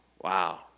Wow